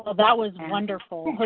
ah that was wonderful.